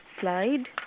slide